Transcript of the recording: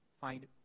find